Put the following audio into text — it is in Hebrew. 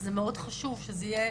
זה מאד חשוב שזה יהיה,